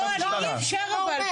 לא, אי אפשר אבל.